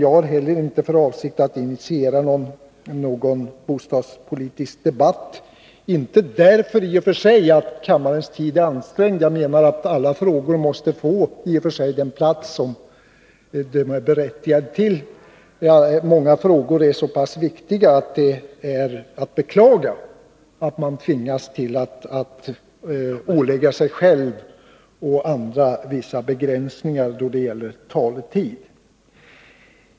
Men inte heller jag har för avsikt att initiera någon bostadspolitisk debatt — i och för sig inte därför att kammarens tid är ansträngd. Jag menar att varje fråga måste få den plats som den är berättigad till. Många frågor är så pass viktiga att det är att beklaga att man tvingas ålägga sig själv och andra vissa begränsningar då det gäller taletid.